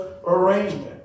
arrangement